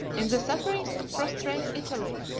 in the sufferings of prostrate italy,